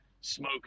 smoke